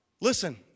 Listen